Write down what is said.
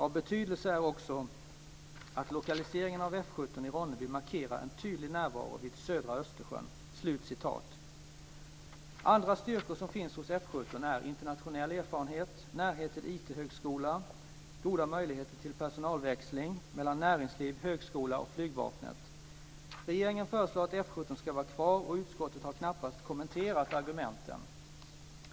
Av betydelse är också att lokaliseringen av F 17 i Ronneby markerar en tydlig närvaro vid södra Östersjön." Andra styrkor som finns hos F 17 är internationell erfarenhet, närhet till IT-högskola och goda möjligheter till personalväxling mellan näringsliv, högskola och flygvapnet. Regeringen föreslår att F 17 ska vara kvar, och utskottet har knappast kommenterat argumenten.